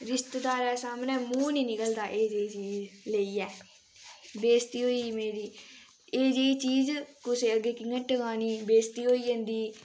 रिश्तेदारे सामनै मूंह् नी निकलदा एह् जेही चीज लेइयै बेस्ती होई गेई मेरी एह् जेही चीज कुसै अग्गें कि'यां टकानी बेस्ती होई जंदी